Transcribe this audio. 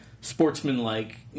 sportsman-like